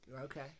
Okay